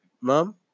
mom